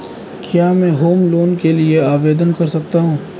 क्या मैं home loan के लिए आवेदन कर सकता हूं?